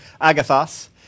agathos